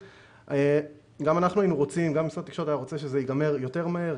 גם אנחנו וגם משרד התקשורת היינו רוצים שזה יסתיים יותר מהר.